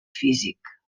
físic